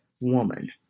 woman